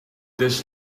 this